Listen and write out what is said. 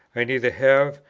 i neither have,